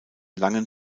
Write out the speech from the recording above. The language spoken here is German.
langen